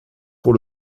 pour